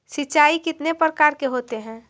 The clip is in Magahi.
सिंचाई कितने प्रकार के होते हैं?